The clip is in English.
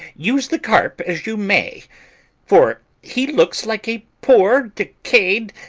use the carp as you may for he looks like a poor, decayed,